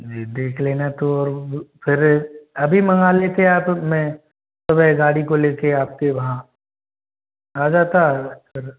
जी देख लेना तो और फिर अभी मंगा लेते आप उनमें सुबह गाड़ी को लेके आपके वहाँ आ जाता फिर